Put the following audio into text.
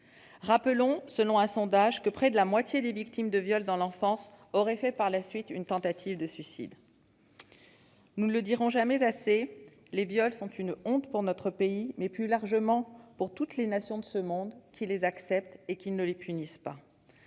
Rappelons que, selon un sondage, près de la moitié des victimes de viol dans l'enfance auraient fait par la suite une tentative de suicide. Nous ne le dirons jamais assez : les viols sont une honte pour notre pays et, plus largement, pour toutes les nations de ce monde qui les acceptent sans les punir.